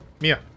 Mia